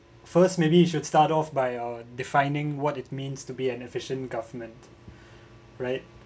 first maybe you should start off by uh defining what it means to be an efficient government right